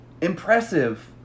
impressive